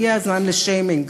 הגיע הזמן לשיימינג,